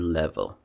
level